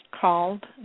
called